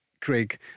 Craig